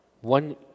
one